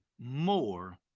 more